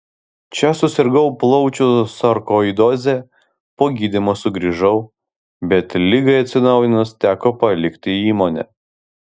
čia susirgau plaučių sarkoidoze po gydymo sugrįžau bet ligai atsinaujinus teko palikti įmonę